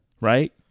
right